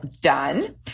done